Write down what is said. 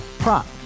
Prop